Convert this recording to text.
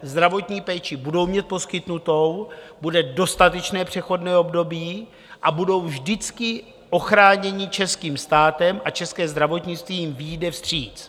Zdravotní péči budou mít poskytnutou, bude dostatečné přechodné období a budou vždycky ochráněny českým státem a české zdravotnictví jim vyjde vstříc.